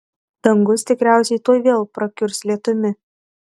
dangus tikriausiai tuoj vėl prakiurs lietumi